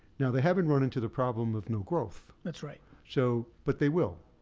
now, they haven't run into the problem with new growth. that's right. so but they will.